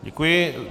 Děkuji.